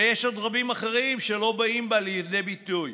ויש עוד רבים אחרים שלא באים בה לידי ביטוי,